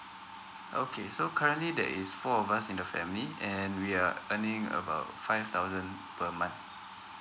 okay so currently there is four of us in the family and we are earning about five thousand per month